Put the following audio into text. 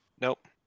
Nope